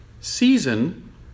season